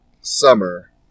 summer